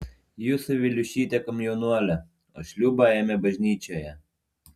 jūsų viliušytė komjaunuolė o šliūbą ėmė bažnyčioje